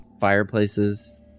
Fireplaces